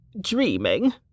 dreaming